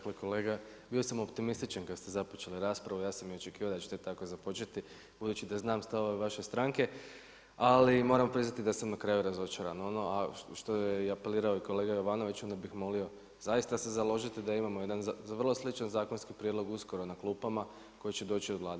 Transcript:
Gledajte kolega, bio sam optimističan kad ste započeli raspravu, ja sam i očekivao da ćete tako započeti budući da znam stavove vaše stranke, ali moram priznati da sam na kraju razočaran, što je apelirao i kolega Jovanović, ja bih molio zaista se založite da imamo jedan vrlo sličan zakonski prijedlog uskoro na klupama koji će doći od Vlade.